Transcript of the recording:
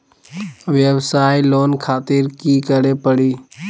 वयवसाय लोन खातिर की करे परी?